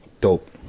Dope